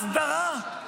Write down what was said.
הסדרה,